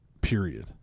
period